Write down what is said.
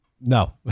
no